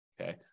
Okay